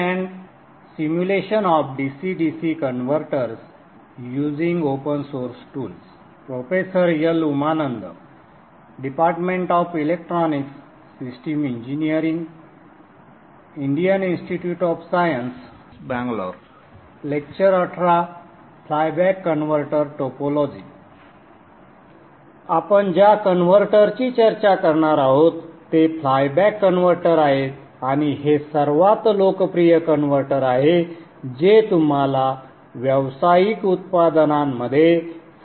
आपण ज्या कन्व्हर्टरची चर्चा करणार आहोत ते फ्लायबॅक कन्व्हर्टर आहेत आणि हे सर्वात लोकप्रिय कन्व्हर्टर आहे जे तुम्हाला व्यावसायिक उत्पादनांमध्ये सापडेल